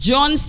John